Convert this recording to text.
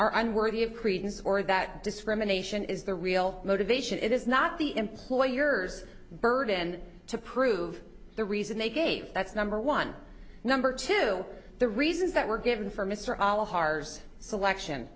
are unworthy of credence or that discrimination is the real motivation it is not the employer's burden to prove the reason they gave that's number one number two the reasons that were given for mr olive harv's selection